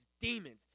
demons